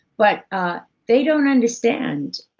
but ah they don't understand